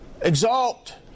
exalt